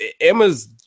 Emma's